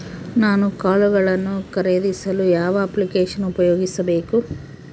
ನಾನು ಕಾಳುಗಳನ್ನು ಖರೇದಿಸಲು ಯಾವ ಅಪ್ಲಿಕೇಶನ್ ಉಪಯೋಗಿಸಬೇಕು?